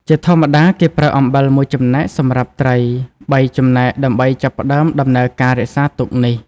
ជាធម្មតា គេប្រើ អំបិល មួយចំណែកសម្រាប់ត្រីបីចំណែកដើម្បីចាប់ផ្តើមដំណើរការរក្សាទុកនេះ។